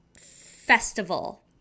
festival